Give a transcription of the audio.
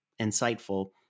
insightful